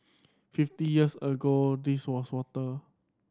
fifty years ago this was water